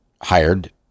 hired